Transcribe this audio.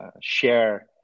share